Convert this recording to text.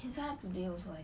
it's up today also